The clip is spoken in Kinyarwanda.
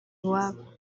iwabo